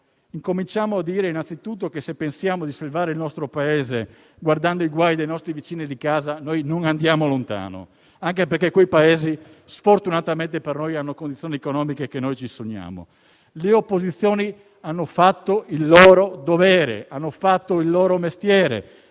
Incominciamo a dire innanzitutto che se pensiamo di salvare il nostro Paese guardando ai guai dei nostri vicini di casa non andiamo lontano, anche perché quei Paesi, sfortunatamente per noi, hanno condizioni economiche che ci sogniamo. Le opposizioni hanno fatto il loro dovere e il loro mestiere,